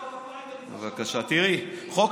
תראי, חוק